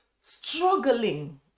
struggling